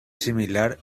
similar